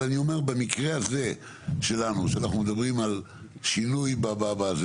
אבל אני אומר במקרה הזה שלנו שאנחנו מדברים על שינוי בזה,